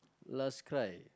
last cry